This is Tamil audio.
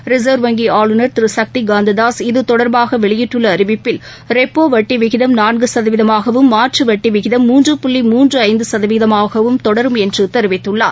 இந்திய ரிசர்வ் வங்கி ஆளுநர் திரு சக்திகாந்ததாஸ் இதுதொடர்பாக வெளியிட்டுள்ள அறிவிப்பில் ரெப்போ வட்டி விகிதம் நான்கு கதவீதமாகவும் மாற்று வட்டி விகிதம் மூன்று புள்ளி மூன்று ஐந்து சதவீதமாகவும் தொடரும் என்று தெரிவித்துள்ளார்